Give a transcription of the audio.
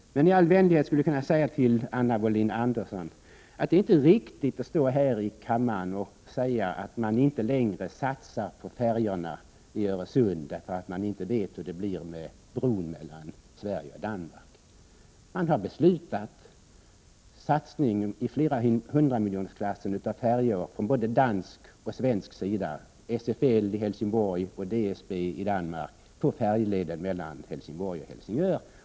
Tall vänlighet skulle jag vilja säga till Anna Wohlin-Andersson att det inte är riktigt att stå här i kammaren och säga att det inte längre satsas på färjorna i Öresund därför att man inte vet hur det blir med bron mellan Sverige och Danmark. Man har beslutat om en satsning i klassen flera hundra miljoner kronor på färjor från både dansk och svensk sida, SFL och DSB, på färjeleden mellan Helsingborg och Helsingör.